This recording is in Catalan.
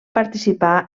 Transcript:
participar